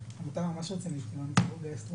אלא בכל תחום שמגיע